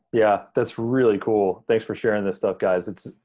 yeah, that's really cool. thanks for sharing this stuff, guys. it's,